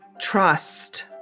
trust